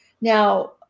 Now